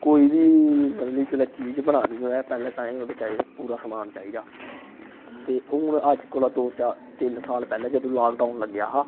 कोई बी मतलब कि जिसलै कोई चीज बनानी होऐ पैह्ले ताईं ओह्दे ताईं पूरा समान चाहिदा ते हून अज्ज कोला दो चार तिन्न साल पैह्ले जंदू लाकडाउन लग्गेआ हा